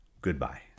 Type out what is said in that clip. Goodbye